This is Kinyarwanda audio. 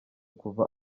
kuva